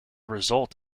result